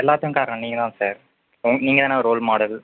எல்லாத்துங் காரணம் நீங்கள் தான் சார் ஓ நீங்கள் தானே ரோல்மாடல்